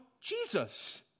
Jesus